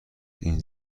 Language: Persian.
این